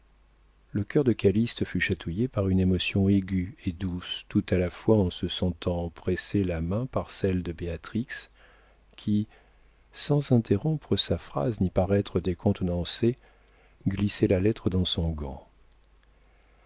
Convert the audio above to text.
le cœur de calyste fut chatouillé par une émotion aiguë et douce tout à la fois en se sentant presser la main par celle de béatrix qui sans interrompre sa phrase ni paraître décontenancée glissait la lettre dans son gant